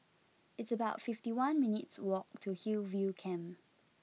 it's about fifty one minutes' walk to Hillview Camp